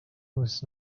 was